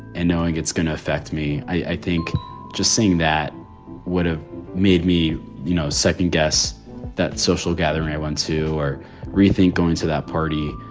and knowing it's going to affect me, i think just seeing that would have made me you know second guess that social gathering i went to or rethink going to that party.